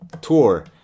tour